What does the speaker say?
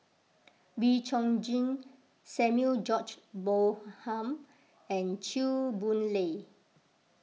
Wee Chong Jin Samuel George Bonham and Chew Boon Lay